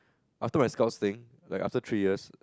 after my scouting like after three years